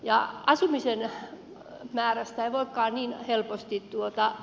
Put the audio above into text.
asumisen määrästä ei voikaan niin helposti säästää